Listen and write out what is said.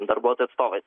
darbuotojų atstovais